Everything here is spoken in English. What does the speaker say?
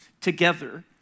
together